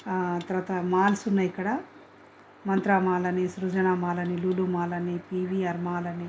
తర్వాత మాల్స్ ఉన్నాయి ఇక్కడ మంత్రా మాల్ అని సృజన మాల్ అని లులూ మాల్ అని పివీఆర్ మాల్ అని